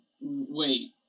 Wait